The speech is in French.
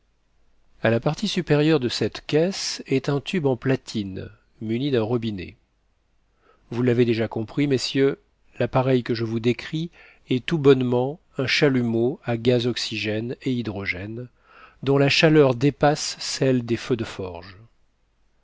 a la partie supérieure de cette caisse est un tube en platine muni d'un robinet vous l'avez déjà compris messieurs l'appareil que je vous décris est tout bonnement un chalumeau à gaz oxygène et hydrogène dont la chaleur dépasse celle des feux de forge